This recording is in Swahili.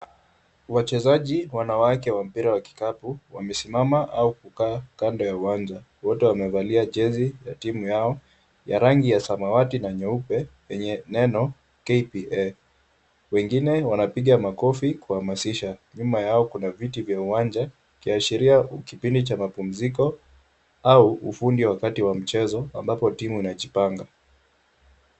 Wachezaji wanawake wa mpira wa kikapu wamesimama au kukaa kando ya uwanja, wote wamevalia jezi ya timu yao, ya rangi ya samawati na nyeupe yenye neno KPL, wengine wanapiga makofi kuhamasisha. Nyuma yao kuna viti vya uwanja, ikiashiria kipindi cha mapumziko au ufundi wakati wa mchezo ambapo timu inajipanga.